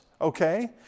okay